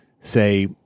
say